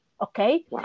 okay